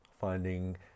finding